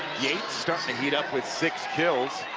yates starting to heat up with six kills